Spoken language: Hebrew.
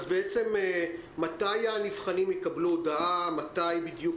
אז בעצם מתי הנבחנים יקבלו הודעה מתי בדיוק,